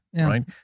right